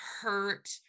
hurt